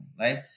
Right